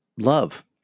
love